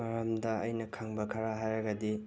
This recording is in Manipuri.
ꯃꯔꯝꯗ ꯑꯩꯅ ꯈꯪꯕ ꯈꯔ ꯍꯥꯏꯔꯒꯗꯤ